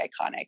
iconic